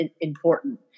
important